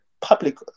public